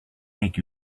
make